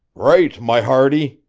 right, my hearty!